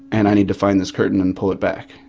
and i need to find this curtain and pull it back.